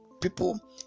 People